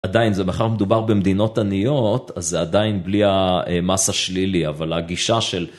עדיין, ומאחר שמדובר במדינות עניות, אז זה עדיין בלי המס השלילי, אבל הגישה של...